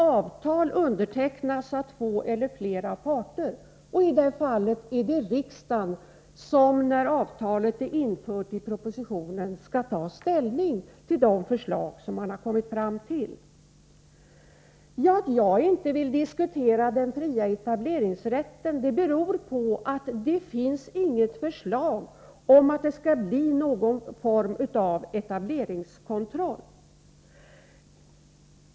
Avtal undertecknas av två eller flera parter. I det här fallet är det riksdagen som, när avtalet är infört i propositionen, skall ta ställning till de förslag som man har kommit fram till. Att jag inte vill diskutera frågan om fri etableringsrätt beror på att det inte finns något förslag om någon form av etableringskontroll.